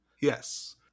Yes